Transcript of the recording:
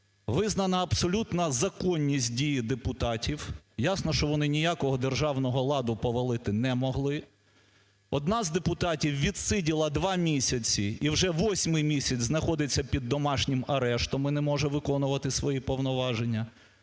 визнана абсолютно законність дій депутатів. Ясно, що вони ніякого державного ладу повалити не могли. Одна з депутатів відсиділа 2 місяці і вже 8 місяць знаходиться під домашнім арештом і не може виконувати свої повноваження.